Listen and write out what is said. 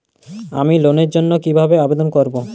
আমি লোনের জন্য কিভাবে আবেদন করব?